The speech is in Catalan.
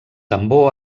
tambor